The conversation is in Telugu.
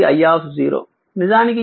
ఇది i నిజానికి ఈ i I0